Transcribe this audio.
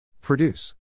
Produce